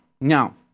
Now